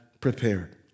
prepared